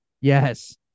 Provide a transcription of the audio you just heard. Yes